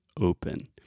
open